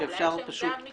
לא, אולי יש עמדה מקצועית